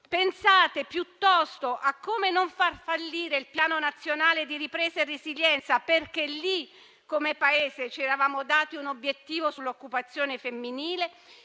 Pensate piuttosto a come non far fallire il Piano nazionale di ripresa e resilienza, perché lì come Paese ci eravamo dati un obiettivo sull'occupazione femminile,